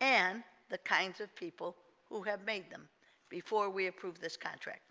and the kinds of people who have made them before we approve this contract